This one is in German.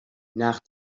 nach